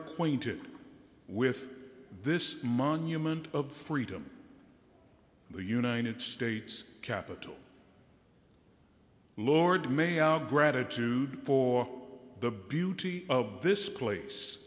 acquainted with this monument of freedom the united states capital lord may our gratitude for the beauty of this place